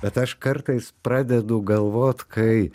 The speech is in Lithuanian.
bet aš kartais pradedu galvot kai